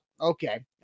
Okay